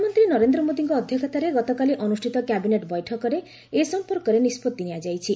ପ୍ରଧାନମନ୍ତ୍ରୀ ନରେନ୍ଦ୍ର ମୋଦିଙ୍କ ଅଧ୍ୟକ୍ଷତାରେ ଗତକାଲି ଅନୃଷ୍ଣିତ କ୍ୟାବିନେଟ୍ ବୈଠକରେ ଏ ସମ୍ପର୍କରେ ନିଷ୍କଭି ନିଆଯାଇଛି